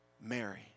Mary